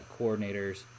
coordinators